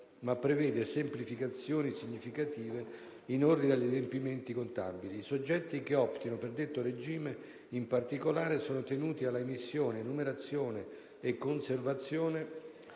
ma prevede semplificazioni significative in ordine agli adempimenti contabili. I soggetti che optano per detto regime, in particolare, sono tenuti all'emissione, enumerazione e conservazione